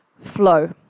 flow